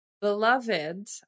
beloved